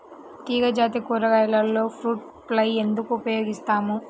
తీగజాతి కూరగాయలలో fruit fly ఎందుకు ఉపయోగిస్తాము?